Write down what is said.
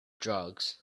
drugs